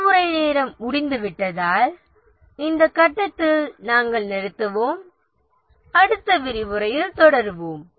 விரிவுரை நேரம் முடிந்துவிட்டதால் இந்த கட்டத்தில் நாம் நிறுத்துவோம் அடுத்த விரிவுரையில் தொடருவோம்